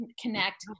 Connect